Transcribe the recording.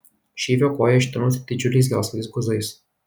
šyvio koja ištinusi didžiuliais gelsvais guzais